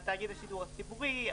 על תאגיד השידור הציבורי,